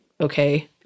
okay